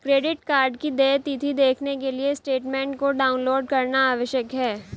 credit card की देय तिथी देखने के लिए स्टेटमेंट को डाउनलोड करना आवश्यक है